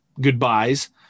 goodbyes